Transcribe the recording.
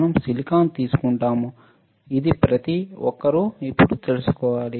మనం సిలికాన్ తీసుకుంటాము ఇది ప్రతి ఒక్కరూ ఇప్పుడు తెలుసుకోవాలి